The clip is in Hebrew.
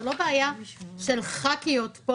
זאת לא בעיה של חברות כנסת.